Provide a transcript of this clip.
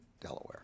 Delaware